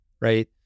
right